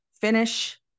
finish